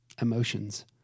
emotions